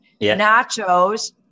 nachos